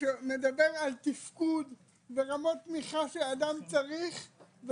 שמדבר על תפקוד ברמות תמיכה שאדם צריך,